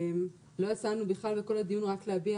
לא יצא לנו בכלל בכל הדיון רק להביע